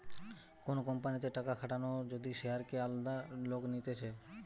কোন কোম্পানিতে টাকা খাটানো যদি শেয়ারকে আলাদা লোক নিতেছে